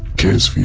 cares for you,